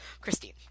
Christine